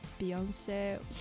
Beyonce